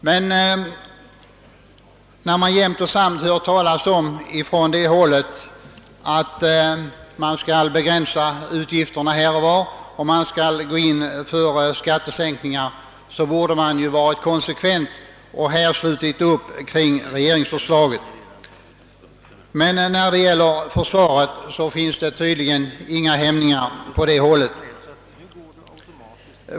Då högerpartiet jämt och samt talar om att begränsa utgifterna och gå in för skattesänkningar, borde man ha varit konsekvent och nu slutit upp kring regeringsförslaget. Men när det gäller försvaret finns det tydligen inga hämningar.